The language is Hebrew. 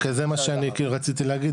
זה מה רק שרציתי להגיד,